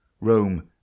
Rome